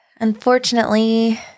Unfortunately